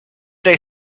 they